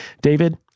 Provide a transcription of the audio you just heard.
David